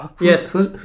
Yes